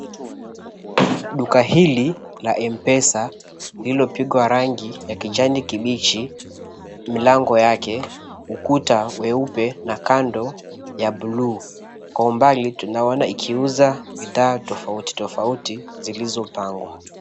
Duka hili la Mpesa, lililopigwa rangi ya kijani kibichi. Milango yake ukuta weupe na kando ya buluu kwa umbali tunaona ikiuza bidhaa tofauti tofauti zilizopangwa.